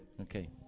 Okay